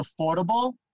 affordable